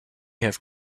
have